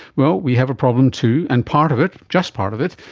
well, we have a problem too and part of it, just part of it,